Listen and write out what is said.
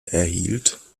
erhielt